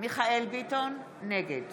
מיכאל מרדכי ביטון, נגד